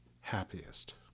happiest